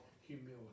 humility